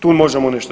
Tu možemo nešto